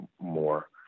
more